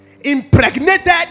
Impregnated